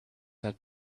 had